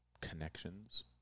connections